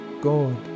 God